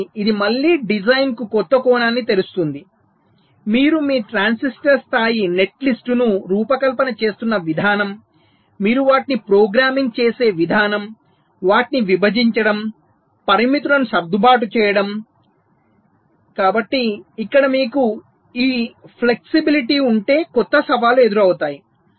కాబట్టి ఇది మళ్ళీ డిజైన్కు కొత్త కోణాన్ని తెరుస్తుంది మీరు మీ ట్రాన్సిస్టర్ స్థాయి నెట్లిస్ట్ను రూపకల్పన చేస్తున్న విధానం మీరు వాటిని ప్రోగ్రామింగ్ చేసే విధానం వాటిని విభజించడం పరిమితులను సర్దుబాటు చేయడం కాబట్టి ఇక్కడ మీకు ఈ ఫ్లెక్సిబిలిటీ ఉంటే కొత్త సవాళ్లు ఎదురవుతాయి